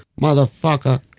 motherfucker